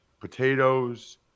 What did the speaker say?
potatoes